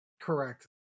Correct